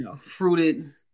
fruited